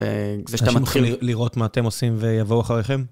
כפי שאתה מתחיל לראות מה אתם עושים ויבוא אחריכם.